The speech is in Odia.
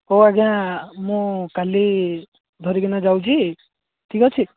ହଉ ଆଜ୍ଞା ମୁଁ କାଲି ଧରିକିନା ଯାଉଛି ଠିକ ଅଛି